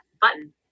button